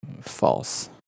false